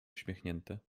uśmiechnięte